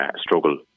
struggle